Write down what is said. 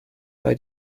bei